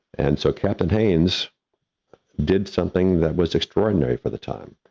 and so, captain haines did something that was extraordinary for the time.